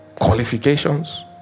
qualifications